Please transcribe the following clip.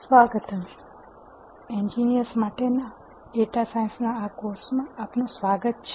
સ્વાગતમ engineers માટે data સાયન્સના આ કોર્સમાં આપનું સ્વાગત છે